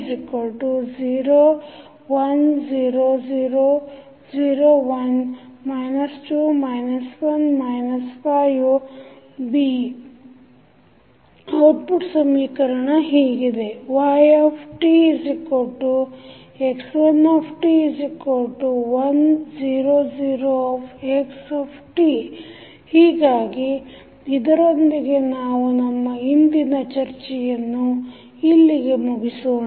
A0 1 0 0 0 1 2 1 5 B0 0 1 output ಸಮೀಕರಣ ಹೀಗಿದೆ ytx1t1 00 x ಹೀಗಾಗಿ ಇದರೊಂದಿಗೆ ನಾವು ನಮ್ಮ ಇಂದಿನ ಚರ್ಚೆಯನ್ನು ಇಲ್ಲಿಗೆ ಮುಗಿಸೋಣ